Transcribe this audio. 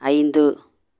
ஐந்து